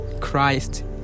Christ